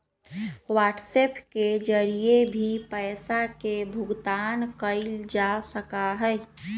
WhatsApp के जरिए भी पैसा के भुगतान कइल जा सका हई